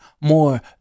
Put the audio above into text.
more